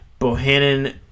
Bohannon